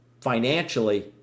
financially